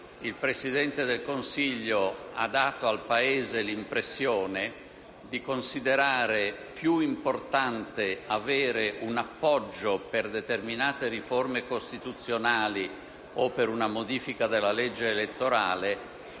il Presidente del Consiglio ha dato al Paese l'impressione di considerare più importante avere un appoggio per determinate riforme costituzionali o per una modifica della legge elettorale